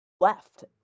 left